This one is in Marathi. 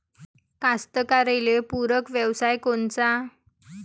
कास्तकाराइले पूरक व्यवसाय कोनचा?